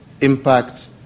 impact